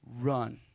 Run